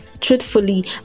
Truthfully